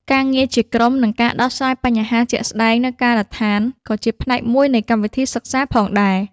ការងារជាក្រុមនិងការដោះស្រាយបញ្ហាជាក់ស្តែងនៅការដ្ឋានក៏ជាផ្នែកមួយនៃកម្មវិធីសិក្សាផងដែរ។